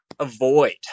avoid